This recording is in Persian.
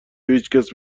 هیچکس